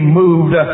moved